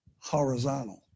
horizontal